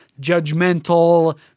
judgmental